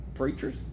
Preachers